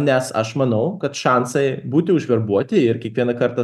nes aš manau kad šansai būti užverbuoti ir kiekvieną kartą